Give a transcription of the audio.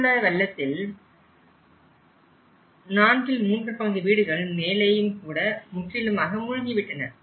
கேரளா வெள்ளத்தில் 34 பங்கு வீடுகள் மேலேயும் கூட முற்றிலுமாக மூழ்கிவிட்டன